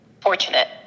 fortunate